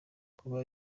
kuba